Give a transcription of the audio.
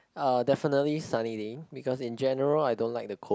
uh definitely sunny day because in general I don't like the cold